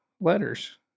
letters